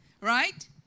Right